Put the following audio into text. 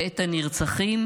ואת הנרצחים,